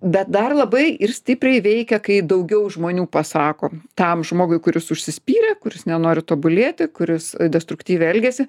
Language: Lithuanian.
bet dar labai ir stipriai veikia kai daugiau žmonių pasako tam žmogui kuris užsispyrė kuris nenori tobulėti kuris destruktyviai elgiasi